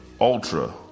ultra